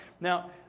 Now